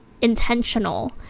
intentional